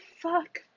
Fuck